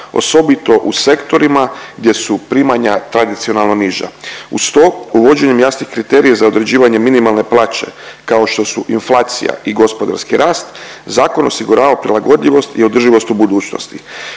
osobito u sektorima gdje su primanja tradicionalno niža. Uz to uvođenjem jasnih kriterija za određivanje minimalne plaće kao što su inflacija i gospodarski rast, zakon osigurava prilagodljivost i održivost u budućnosti.